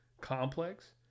complex